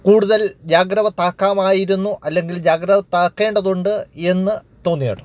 കൂടുതൽ ജാഗ്രവത്താക്കാമായിരുന്നു അല്ലെങ്കിൽ ജാഗ്രവത്താക്കേണ്ടതുണ്ട് എന്നു തോന്നിയിട്ടുണ്ട്